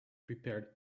prepared